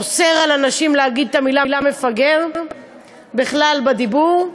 אוסר על אנשים להגיד את המילה מפגר בכלל, בדיבור.